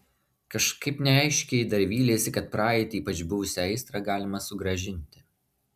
kažkaip neaiškiai ji dar vylėsi kad praeitį ypač buvusią aistrą galima sugrąžinti